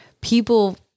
people